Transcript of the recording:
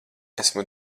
esmu